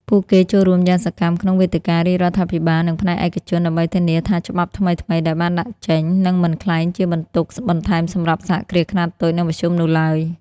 ពួកគេចូលរួមយ៉ាងសកម្មក្នុងវេទិការាជរដ្ឋាភិបាល និងផ្នែកឯកជន ដើម្បីធានាថាច្បាប់ថ្មីៗដែលបានដាក់ចេញ នឹងមិនក្លាយជាបន្ទុកបន្ថែមសម្រាប់សហគ្រាសខ្នាតតូច និងមធ្យមនោះឡើយ។